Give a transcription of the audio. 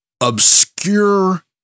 obscure